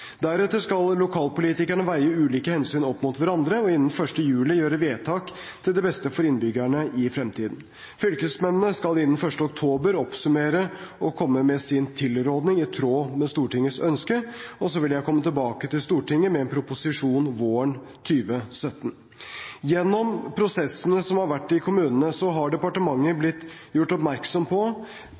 Deretter skal lokalpolitikerne veie ulike hensyn opp mot hverandre og innen 1. juli gjøre vedtak til det beste for innbyggerne i fremtiden. Fylkesmennene skal innen 1. oktober oppsummere og komme med sin tilrådning, i tråd med Stortingets ønske. Så vil jeg komme tilbake til Stortinget med en proposisjon våren 2017. Gjennom prosessene som har vært i kommunene, har departementet blitt gjort oppmerksom på